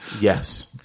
Yes